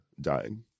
dying